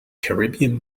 caribbean